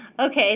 Okay